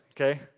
okay